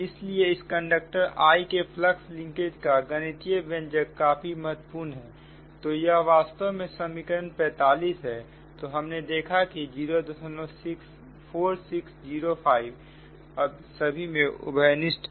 इसलिए इस conductor I के फ्लक्स लिंकेज का गणितीय व्यंजक काफी महत्वपूर्ण है तो यह वास्तव में समीकरण 45 है तो हमने देखा कि 04605 सभी में उभयनिष्ठ है